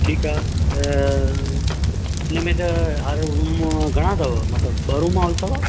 ठीकु आहे त हिन में त हर रूम घणा अथव मतलबु ॿ रूम हॉल अथव